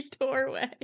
doorway